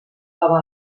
troba